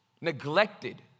neglected